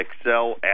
excel